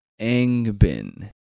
Angbin